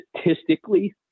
statistically